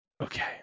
Okay